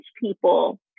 people